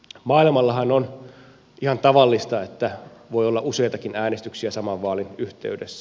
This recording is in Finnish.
maailmallahan on ihan tavallista että voi olla useitakin äänestyksiä saman vaalin yhteydessä